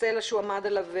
כשסלע שהוא עמד עליו קרס.